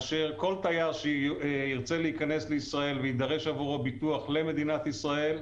כל תייר שירצה להיכנס לישראל ויידרש עבורו ביטוח למדינת ישראל,